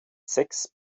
sechs